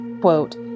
quote